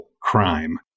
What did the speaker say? crime